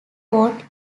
port